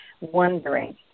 wondering